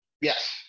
yes